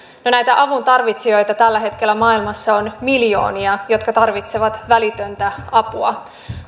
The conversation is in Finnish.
näitä avun tarvitsijoita on tällä hetkellä maailmassa on miljoonia niitä jotka tarvitsevat välitöntä apua